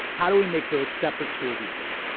how do we make those separate schools equal?